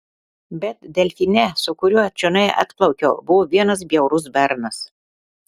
bet delfine su kuriuo čionai atplaukiau buvo vienas bjaurus bernas